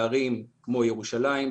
בערים כמו ירושלים,